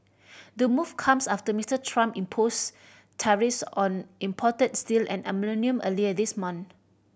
the move comes after Mister Trump imposed tariffs on imported steel and aluminium earlier this month